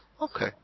Okay